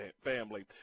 family